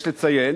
יש לציין